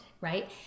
right